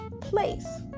place